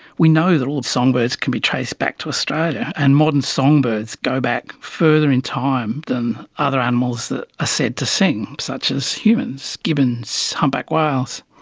we know that all songbirds can be traced back to australia, and modern songbirds go back further in time than other animals that are ah said to sing, such as humans, gibbons, humpback whales.